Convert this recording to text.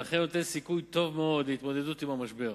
ולכן נותן סיכוי טוב מאוד להתמודדות עם המשבר.